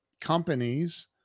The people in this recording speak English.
companies